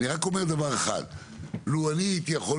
אני רק אומר דבר אחד: לו אני הייתי יכול